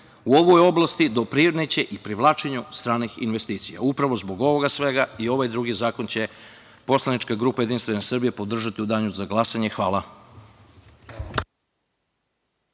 u ovoj oblasti doprineće i privlačenju stranih investicija. Upravo zbog ovoga svega i ovaj drugi zakon će poslanička grupa JS podržati u danu za glasanje. Hvala.